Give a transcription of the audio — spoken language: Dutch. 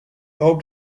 hoop